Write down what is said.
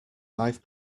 five